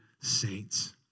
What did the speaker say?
saints